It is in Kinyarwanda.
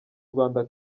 rwanda